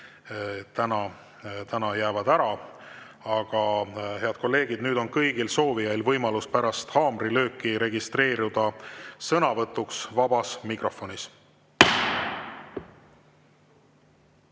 jäävad täna ära. Head kolleegid, nüüd on kõigil soovijail võimalus pärast haamrilööki registreeruda sõnavõtuks vabas mikrofonis.